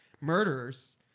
murderers